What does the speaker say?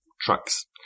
trucks